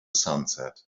sunset